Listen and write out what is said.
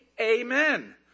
Amen